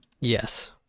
Yes